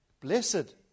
Blessed